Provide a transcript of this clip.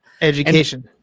Education